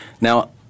Now –